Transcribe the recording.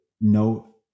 no